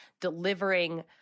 delivering